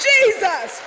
Jesus